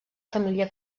família